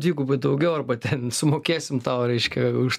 dvigubai daugiau arba ten sumokėsim tau reiškia už